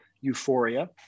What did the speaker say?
euphoria